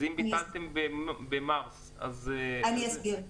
אני אסביר.